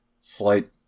slight